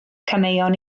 caneuon